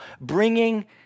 bringing